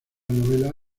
novela